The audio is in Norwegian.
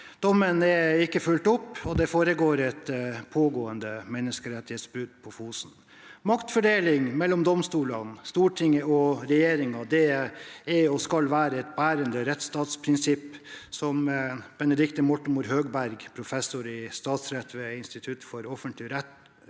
Dommen er ikke fulgt opp, og det foregår et pågående menneskerettighetsbrudd på Fosen. Maktfordeling mellom domstolene, Stortinget og regjeringen er et bærende rettsstatsprinsipp som Benedikte Moltumyr Høgberg, professor i statsrett ved Institutt for offentlig rett